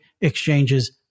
exchanges